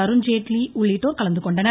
அருண்ஜேட்லி உள்ளிட்டோர் கலந்துகொண்டனர்